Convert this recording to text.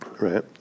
right